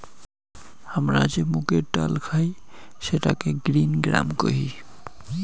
হামরা যে মুগের ডাল খাই সেটাকে গ্রিন গ্রাম কোহি